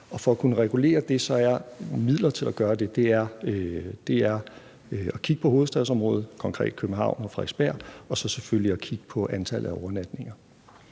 For at kunne regulere det, altså midlet til at gøre det, skal vi kigge på hovedstadsområdet, konkret København og Frederiksberg, og så selvfølgelig kigge på antallet af overnatninger.